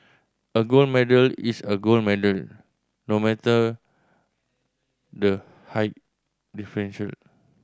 a gold medal is a gold medal no matter the high differential